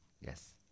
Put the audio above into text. yes